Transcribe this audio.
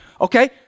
Okay